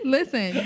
Listen